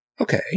Okay